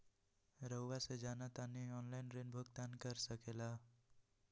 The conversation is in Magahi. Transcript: रहुआ से जाना तानी ऑनलाइन ऋण भुगतान कर सके ला?